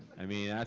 i mean,